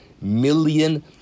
million